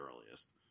earliest